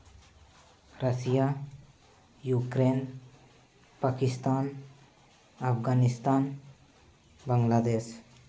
Russia Ukraine Pakistan Afghanistan Bangladesh